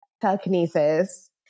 telekinesis